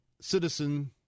citizen